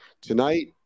tonight